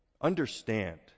Understand